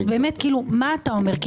רולנד, מה אתה אומר?